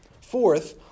Fourth